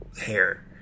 hair